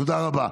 תודה רבה.